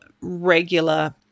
regular